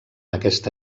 aquesta